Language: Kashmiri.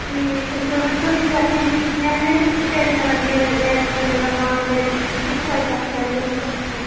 ٹھیٖک تُہۍ ؤنۍتو مےٚ اچھا یہِ کھٮ۪ن وٮ۪ن کِیُتھ چھِ اَتہِ مِلان یہِ وٮ۪ج چھےٚ مِلان نان وٮ۪ج تۄہہِ کیٛاہ چھُو اَتہِ آسان اٮ۪ویلیبٕل کیٛاہ چھُ تۄہہِ